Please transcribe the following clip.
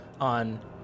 on